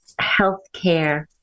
healthcare